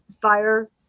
Fire